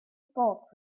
bulk